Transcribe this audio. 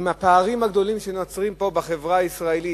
עם הפערים הגדולים שנוצרים פה, בחברה הישראלית,